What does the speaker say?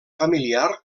familiar